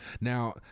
Now